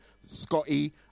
Scotty